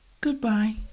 Goodbye